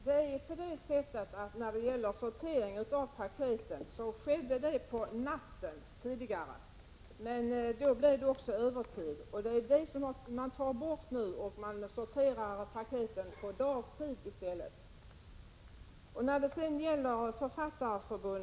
Herr talman! Sortering av paket skedde tidigare nattetid. Det gjorde att postpersonalen fick arbeta övertid. Den övertiden försvinner genom att man sorterar paketen på dagtid i stället.